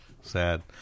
sad